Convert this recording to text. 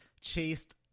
chased